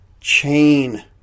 chain